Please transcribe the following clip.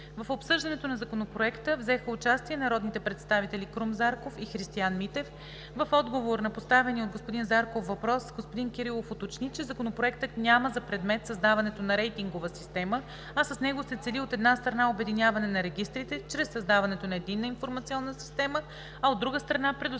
В обсъждането на Законопроекта взеха участие народните представители Крум Зарков и Христиан Митев. В отговор на поставения от господин Зарков въпрос господин Кирилов уточни, че Законопроектът няма за предмет създаването на рейтингова система, а с него се цели, от една страна, обединяване на регистрите чрез създаването на единна информационна система, а, от друга страна, предоставяне на актуална